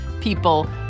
people